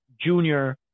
junior